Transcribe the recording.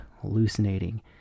hallucinating